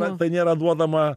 na tai nėra duodama